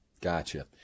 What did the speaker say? Gotcha